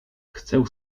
chcę